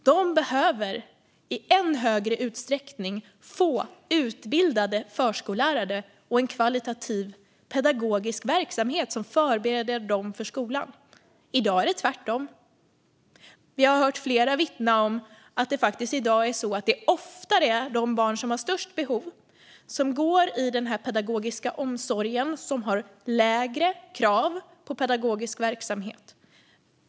De behöver i än större utsträckning utbildade förskollärare och en högkvalitativ pedagogisk verksamhet som förbereder dem för skolan. I dag är det tvärtom. Vi har hört flera vittna om att det i dag ofta är de barn som har störst behov som går i den pedagogiska omsorgen, som har lägre krav på pedagogisk verksamhet.